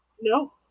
No